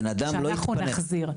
שאנחנו נחזיר.